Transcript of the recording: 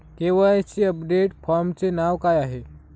KYC update फॉर्मचे नाव काय आहे?